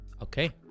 Okay